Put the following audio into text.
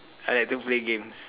I like to play games